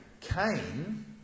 Cain